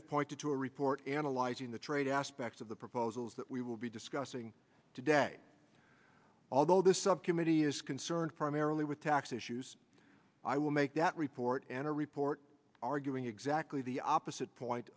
of pointing to a report analyzing the trade aspects of the proposals that we will be discussing today although this subcommittee is concerned primarily with tax issues i will make that report and a report arguing exactly the opposite point